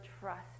trust